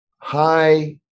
high